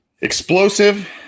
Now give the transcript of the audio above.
Explosive